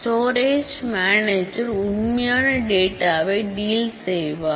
storage manager உண்மையான டேட்டாவை deal செய்வார்